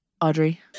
Audrey